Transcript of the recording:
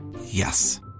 Yes